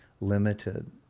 limited